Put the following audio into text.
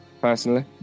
Personally